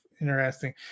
interesting